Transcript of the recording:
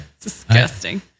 disgusting